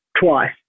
twice